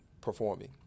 performing